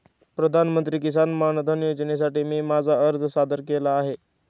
प्रधानमंत्री किसान मानधन योजनेसाठी मी माझा अर्ज सादर केला आहे